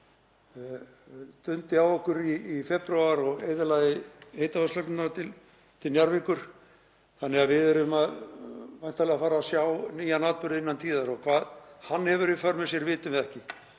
dundi á okkur í febrúar og eyðilagði heitavatnslögnina til Njarðvíkur þannig að við erum væntanlega að fara að sjá nýjan atburð innan tíðar. Hvað hann hefur í för með sér vitum við ekki.